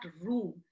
room